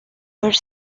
were